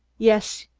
yes,